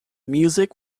music